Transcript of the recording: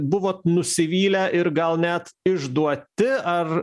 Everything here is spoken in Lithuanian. buvot nusivylę ir gal net išduoti ar